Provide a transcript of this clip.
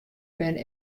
binne